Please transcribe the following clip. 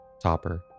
topper